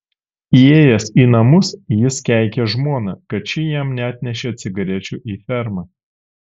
įėjęs į namus jis keikė žmoną kad ši jam neatnešė cigarečių į fermą